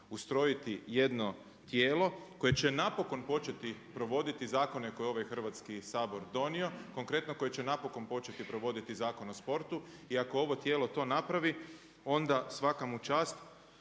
ustrojiti jedno tijelo koje će napokon početi provoditi zakone koje je ovaj Hrvatski sabor donio, konkretno koje će napokon početi provoditi Zakon o sportu. I ako ovo tijelo to napravi onda svaka mu čast